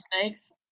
snakes